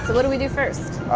what do we do first?